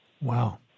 Wow